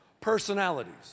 personalities